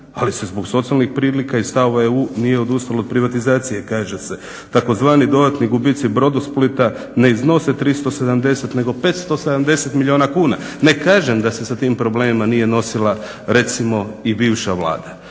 ali se zbog socijalnih prilika i stava EU nije odustalo od privatizacije kaže se. Tzv. dodatni gubici Brodosplita ne iznose 370 nego 570 milijuna kuna. Ne kažem da se sa tim problemima nije nosila recimo i bivša Vlada.